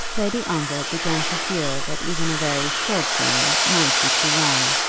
lady ongar began to feel that even a very short journey might be too long.